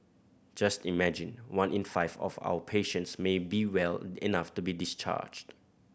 just imagine one in five of our patients may be well enough to be discharged